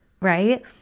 Right